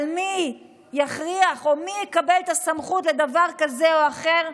על מי יכריח או מי יקבל את הסמכות לדבר כזה או אחר,